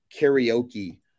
karaoke